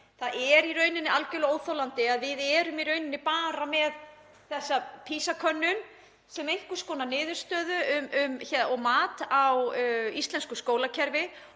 Það er í rauninni algerlega óþolandi að við séum í raun bara með þessa PISA-könnun sem einhvers konar niðurstöðu og mat á íslensku skólakerfi.